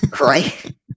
Right